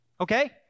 okay